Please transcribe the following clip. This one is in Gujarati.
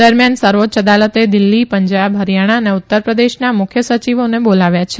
દરમિયાન સર્વોચ્ય અદાલતે દિલ્ફી પંજાબ હરીયાણા અને ઉત્તર પ્રદેશના મુખ્ય સચિવોને બોલાવ્યા છે